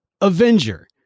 avenger